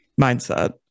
mindset